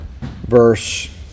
verse